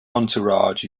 entourage